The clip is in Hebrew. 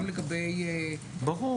ברור.